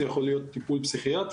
זה יכול להיות טיפול פסיכיאטרי,